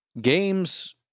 games